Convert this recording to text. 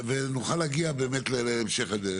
ונוכל להגיע להמשך הדרך.